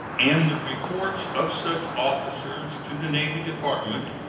and the reports of such officers to the navy department,